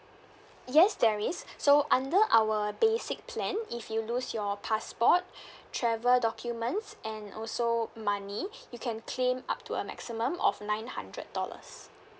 yes there is so under our basic plan if you lose your passport travel documents and also money you can claim up to a maximum of nine hundred dollars